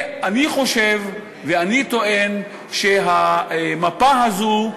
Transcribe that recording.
אני חושב ואני טוען שהמפה הזו,